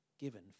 given